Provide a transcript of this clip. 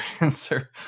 answer